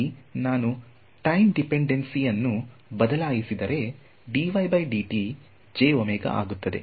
ಇಲ್ಲಿ ನಾನು time dependence ಅನ್ನು ಬದಲಿಸಿದರೆ dydt jw ಆಗುತ್ತದೆ